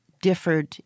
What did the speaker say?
differed